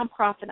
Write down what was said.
nonprofit